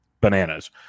bananas